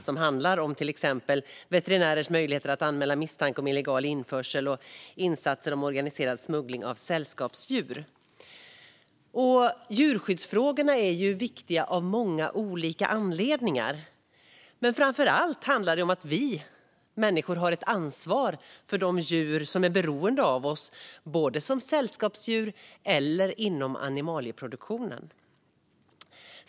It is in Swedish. De handlar om till exempel veterinärers möjligheter att anmäla misstanke om illegal införsel och om insatser mot organiserad smuggling av sällskapsdjur. Djurskyddsfrågorna är viktiga av många olika anledningar. Framför allt handlar det om att vi människor har ett ansvar för de djur som är beroende av oss, både sällskapsdjur och djur inom animalieproduktionen.